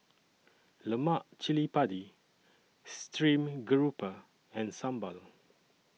Lemak Sili Padi Stream Grouper and Sambal